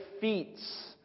feats